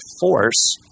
force